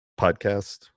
Podcast